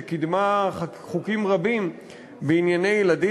שקידמה חוקים רבים בענייני ילדים